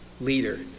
leader